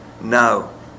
No